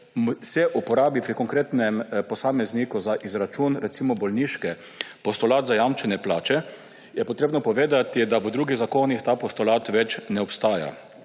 se uporabi pri konkretnem posamezniku za izračun bolniške postulat zajamčene plače, je treba povedati, da v drugih zakonih ta postulat več ne obstaja.